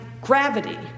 gravity